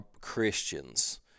Christians